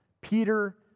Peter